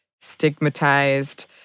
stigmatized